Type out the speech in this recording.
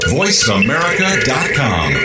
voiceamerica.com